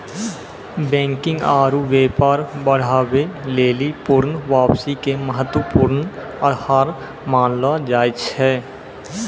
banking आरु व्यापार बढ़ाबै लेली पूर्ण वापसी के महत्वपूर्ण आधार मानलो जाय छै